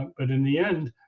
but in the end,